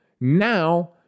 now